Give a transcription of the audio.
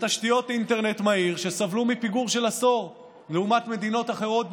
תשתיות האינטרנט המהיר סבלו מפיגור של עשור לעומת מדינות אחרות בעולם.